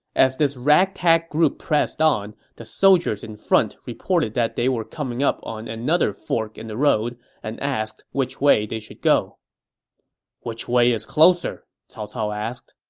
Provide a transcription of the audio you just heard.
as this ragtag group pressed on, the soldiers in front reported that they were coming up on another fork in the road and asked which way they should go which way is closer? cao cao asked